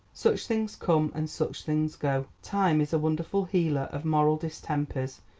such things come and such things go. time is a wonderful healer of moral distempers,